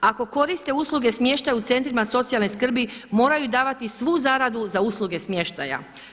Ako koriste usluge smještaja u centrima socijalne skrbi moraju davati svu zaradu za usluge smještaja.